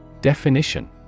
Definition